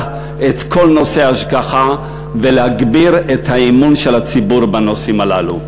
את כל נושא ההשגחה ולהגביר את האמון של הציבור בנושאים הללו.